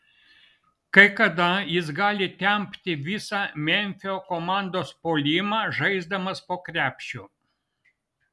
kai kada jis gali tempti visą memfio komandos puolimą žaisdamas po krepšiu